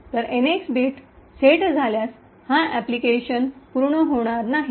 तर NX bit set झाल्यास हा ऐप्लकेशन अनुप्रयोग पूर्ण होणार नाही